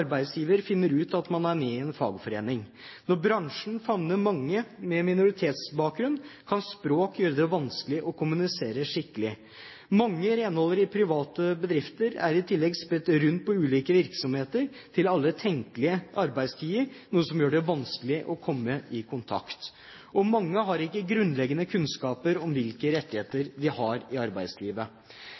arbeidsgiver finner ut at de er med i en fagforening. Når bransjen favner mange med minoritetsbakgrunn, kan språk gjøre det vanskelig å kommunisere skikkelig. Mange renholdere i private bedrifter er i tillegg spredt rundt på ulike virksomheter til alle tenkelige arbeidstider, noe som gjør det vanskelig å komme i kontakt, og mange har ikke grunnleggende kunnskaper om hvilke rettigheter de har i arbeidslivet.